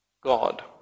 God